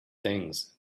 things